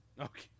Okay